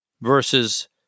versus